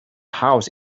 house